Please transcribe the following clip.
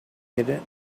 innit